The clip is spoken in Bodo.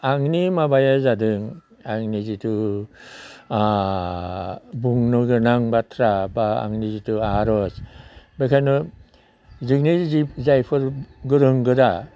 आंनि माबाया जादों आंनि जिथु बुंन' गोनां बाथ्रा बा आंनि जिथु आर'ज बेखायनो जोंनि जि जायफोर गोरों गोरा